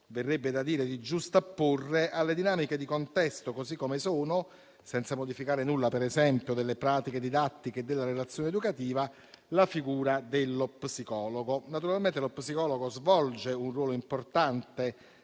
verrebbe da dire di giustapporre - alle dinamiche di contesto così come sono, senza modificare nulla, per esempio, delle pratiche didattiche e della relazione educativa, la figura dello psicologo. Naturalmente quest'ultimo svolge un ruolo importante